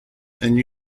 and